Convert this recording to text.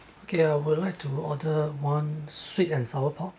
okay I would like to order one sweet and sour pork